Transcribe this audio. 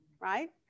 right